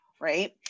right